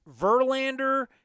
Verlander